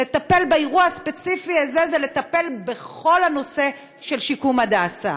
לטפל באירוע הספציפי הזה זה לטפל בכל הנושא של שיקום "הדסה".